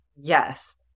Yes